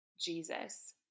Jesus